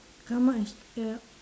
come up with the